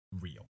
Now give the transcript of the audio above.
real